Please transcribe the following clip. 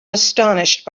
astonished